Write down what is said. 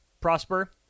Prosper